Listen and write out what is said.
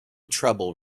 trouble